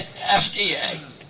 FDA